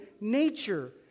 nature